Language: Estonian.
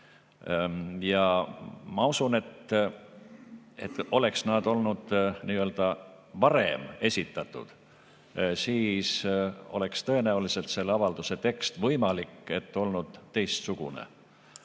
Ja ma usun, et oleks need olnud varem esitatud, siis oleks tõenäoliselt selle avalduse tekst võinud olla teistsugune.